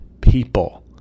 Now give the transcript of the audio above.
people